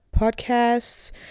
podcasts